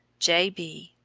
j. b.